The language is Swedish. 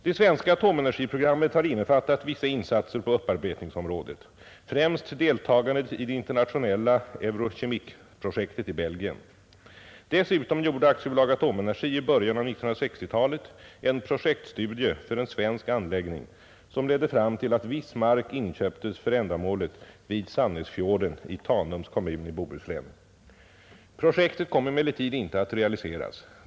Det svenska atomenergiprogrammet har innefattat vissa insatser på upparbetningsområdet, främst deltagandet i det internationella Eurochemicprojektet i Belgien. Dessutom gjorde AB Atomenergi i början av 1960-talet en projektstudie för en svensk anläggning, som ledde fram till att viss mark inköptes för ändamålet vid Sannäsfjorden i Tanums kommun i Bohuslän. Projektet kom emellertid inte att realiseras.